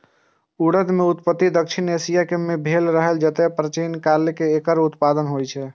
उड़द के उत्पत्ति दक्षिण एशिया मे भेल रहै, जतय प्राचीन काल सं एकर उत्पादन होइ छै